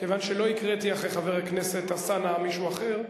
כיוון שלא הקראתי אחרי חבר הכנסת אלסאנע מישהו אחר.